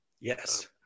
Yes